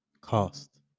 cost